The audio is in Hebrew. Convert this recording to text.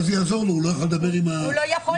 הוא לא יוכל לדבר עם הנאשם.